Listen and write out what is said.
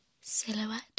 Silhouette